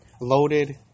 loaded